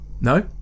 No